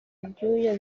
ibyuya